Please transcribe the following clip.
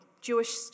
Jewish